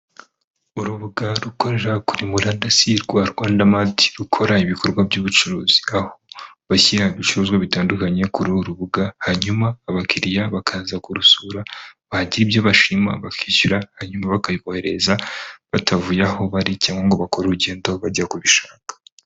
Urubuga rukorera kuri murandasi rwa Rwanda mati rukora ibikorwa by'ubucuruzi, aho bashyira ibicuruzwa bitandukanye kuri uru rubuga, hanyuma abakiriya bakaza kurusura bagira ibyo bashima bakishyura, hanyuma bakabiboherereza batavuye aho bari, cyangwa ngo bakore urugendo bajya kubishaka.